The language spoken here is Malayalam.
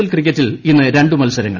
എൽ ക്രിക്കറ്റിൽ ഇന്ന് രണ്ട് മത്സരങ്ങൾ